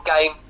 game